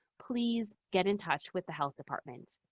please get in touch with the health department.